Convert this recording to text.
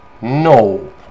no